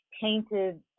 painted